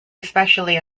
especially